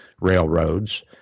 railroads